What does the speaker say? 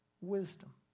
wisdom